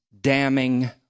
damning